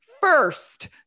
first